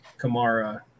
Kamara